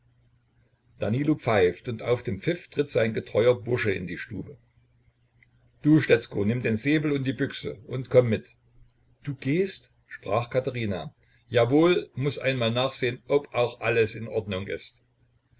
danilo pfeift und auf den pfiff tritt sein getreuer bursche in die stube du stetzko nimm den säbel und die büchse und komm mit du gehst sprach katherina jawohl muß einmal nachsehn ob auch alles in ordnung ist